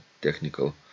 technical